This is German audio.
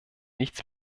nichts